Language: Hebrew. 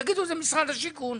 שיגידו זה משרד השיכון.